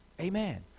Amen